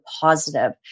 positive